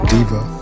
Diva